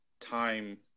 time